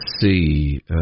see